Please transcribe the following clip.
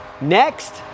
Next